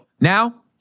now